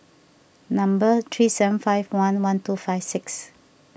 number three seven five one one two five six